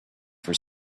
for